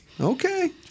Okay